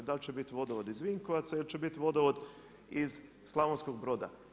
Da li će viti vodovod iz Vinkovaca ili će biti vodovod iz Slavonskog Broda?